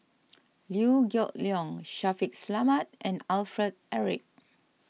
Liew Geok Leong Shaffiq Selamat and Alfred Eric